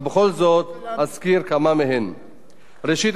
ראשית, אזכיר כי עוגנה בגוף הצעת החוק